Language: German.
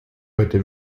heute